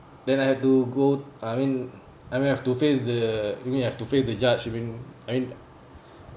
then I have to go I mean I mean l have to face the you mean I have to face the judge you mean I mean